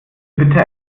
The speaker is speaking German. bitte